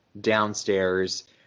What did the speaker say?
downstairs